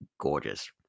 gorgeous